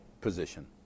position